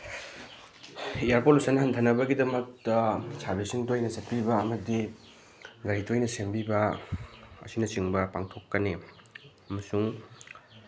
year pollution ꯍꯟꯊꯅꯕꯒꯤꯗꯃꯛꯇ ꯁꯔꯚꯤꯁꯤꯡ ꯇꯣꯏꯅ ꯆꯠꯄꯤꯕ ꯑꯃꯗꯤ ꯒꯥꯔꯤ ꯇꯣꯏꯅ ꯁꯦꯝꯕꯤꯕ ꯑꯁꯤꯅꯆꯤꯡꯕ ꯄꯥꯡꯊꯣꯛꯀꯅꯤ ꯑꯃꯁꯨꯡ